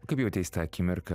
kaip jauteisi tą akimirką